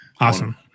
Awesome